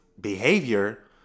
behavior